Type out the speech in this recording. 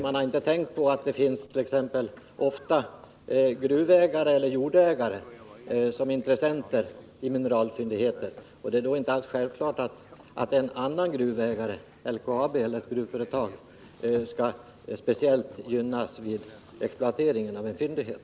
Man har t.ex. inte tänkt på att det ofta finns gruvägare eller jordägare som är intressenter när det gäller mineralfyndigheter. Det är då inte alls självklart att en annan gruvägare, som LKAB eller ett annat företag, skall speciellt gynnas vid exploateringen av fyndighet.